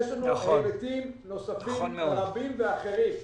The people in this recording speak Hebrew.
יש לנו היבטים נוספים רבים ואחרים.